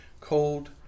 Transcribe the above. cold